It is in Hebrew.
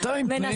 בינתיים תני